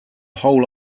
whole